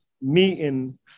meeting